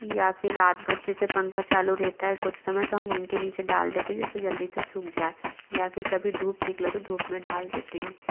या फिर रात भर जैसे पंखा चालू रहता है सोते समय तो हम उनके नीचे डाल देते जैसे जल्दी से सूख जाए या फिर कभी धूप निकले तो धूप में डाल देते हैं